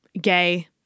gay